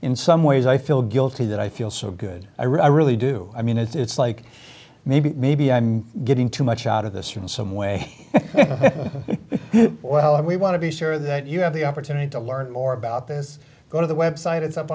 in some ways i feel guilty that i feel so good i really do i mean it's like maybe maybe i'm getting too much out of this or and some way well if we want to be sure that you have the opportunity to learn or about this go to the website it's up